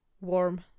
warm